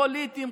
פוליטיים,